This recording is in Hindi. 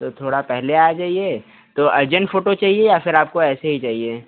तो थोड़ा पहले आ जाइए तो अर्जेंट फोटो चाहिए या ऐसे ही चाहिए